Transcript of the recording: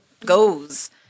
goes